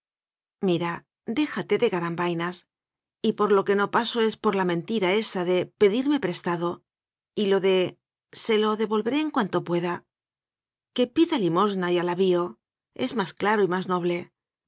mira déjate de garambainas y por lo que no paso es por la mentira esa de pedirme prestado y lo de se lo devolveré en cuanto pueda que pid limosna y al avío es más claro y más noble